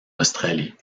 australie